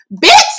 Bitch